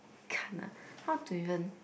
gana how to even